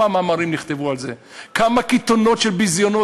כמה מאמרים נכתבו על זה, כמה קיתונות של ביזיונות.